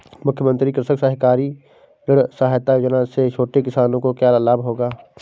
मुख्यमंत्री कृषक सहकारी ऋण सहायता योजना से छोटे किसानों को क्या लाभ होगा?